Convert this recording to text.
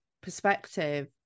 perspective